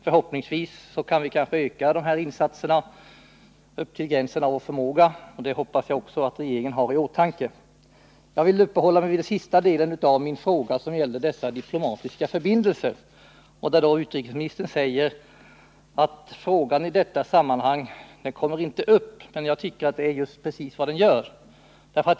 Förhoppningsvis kan vi kanske öka de här insatserna upp till gränsen av vår förmåga. Det hoppas jag också regeringen har i åtanke. Jag vill uppehålla mig vid den sista delen av min fråga, den som gäller de diplomatiska förbindelserna, där utrikesministern säger att frågan inte kommer upp i detta sammanhang. Men jag tycker att det är precis vad den gör.